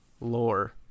lore